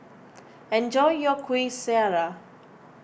enjoy your Kueh Syara